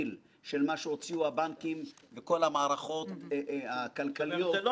אני מבקש שלא תתבלבלו: שהייתה ועדה אבל מה שחשוב זה כמה הוציאו.